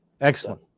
Excellent